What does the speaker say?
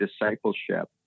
Discipleship